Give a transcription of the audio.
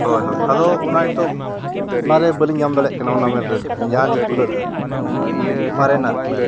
ᱦᱳᱭ ᱦᱳᱭ ᱟᱫᱚ ᱚᱱᱟ ᱱᱤᱛᱚᱜ ᱚᱱᱟᱨᱮ ᱵᱟᱹᱞᱤᱧ ᱧᱟᱢ ᱫᱟᱲᱮᱭᱟᱜ ᱠᱟᱱᱟ ᱚᱱᱟ ᱢᱮᱞ ᱨᱮ ᱟᱹᱞᱤᱧ ᱡᱟᱦᱟᱸ ᱞᱤᱧ ᱠᱷᱩᱞᱟᱹᱣ ᱞᱟᱜᱼᱟ ᱢᱟᱨᱮᱱᱟᱜ ᱢᱮᱞ